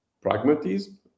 pragmatism